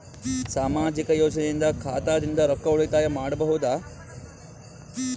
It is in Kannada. ಸಾಮಾಜಿಕ ಯೋಜನೆಯಿಂದ ಖಾತಾದಿಂದ ರೊಕ್ಕ ಉಳಿತಾಯ ಮಾಡಬಹುದ?